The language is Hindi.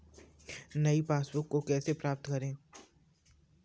नई पासबुक को कैसे प्राप्त करें?